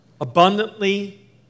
abundantly